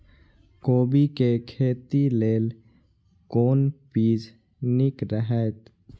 कोबी के खेती लेल कोन बीज निक रहैत?